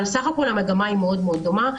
בסך הכול, המגמה מאוד מאוד דומה.